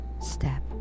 step